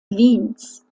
wiens